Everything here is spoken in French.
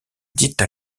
dite